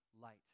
light